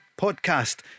Podcast